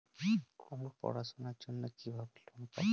আমি পড়াশোনার জন্য কিভাবে লোন পাব?